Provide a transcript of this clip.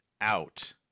out